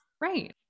Right